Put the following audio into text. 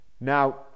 Now